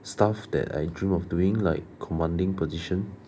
stuff that I dream of doing like commanding position